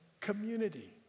community